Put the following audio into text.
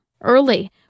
early